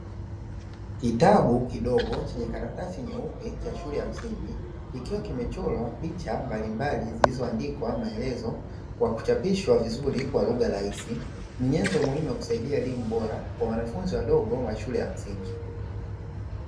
Kitabu kidogo chenye karatasi nyeupe cha shule ya msingi, kikiwa kimechorwa picha mbalimbali zilizoandikwa maelezo kwa kuchapishwa vizuri kwa lugha rahisi. Ni nyenzo muhimu ya kusaidia elimu bora kwa wanafunzi wadogo wa shule ya msingi.